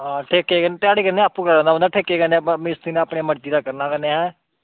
हां ठेके कन्नै ध्याड़ी कन्नै आप्पू करना पौंदा ठेके कन्नै मिस्त्री नै अपनी मर्जी दा करना कन्नै हैं हां